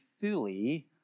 fully